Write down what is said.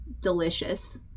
delicious